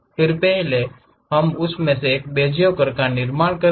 फिर पहले हम उस में एक बेजियर कर्व का निर्माण करेंगे